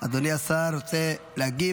אדוני השר רוצה להגיב.